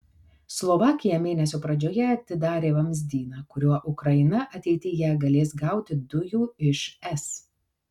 slovakija mėnesio pradžioje atidarė vamzdyną kuriuo ukraina ateityje galės gauti dujų iš es